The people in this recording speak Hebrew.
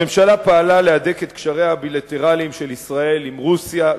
הממשלה פעלה להדק את קשריה הבילטרליים של ישראל עם רוסיה,